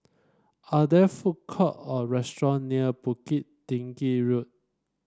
are there food court or restaurant near Bukit Tinggi Road